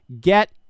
Get